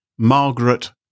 Margaret